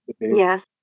Yes